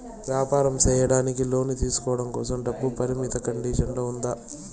వ్యాపారం సేయడానికి లోను తీసుకోవడం కోసం, డబ్బు పరిమితి కండిషన్లు ఉందా?